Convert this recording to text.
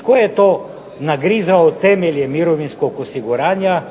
Tko je to nagrizao temelje mirovinskog osiguranja?